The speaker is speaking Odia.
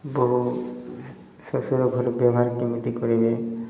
ବହୁ ଶ୍ୱଶୁର ଘର ବ୍ୟବହାର କେମିତି କରିବେ